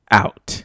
out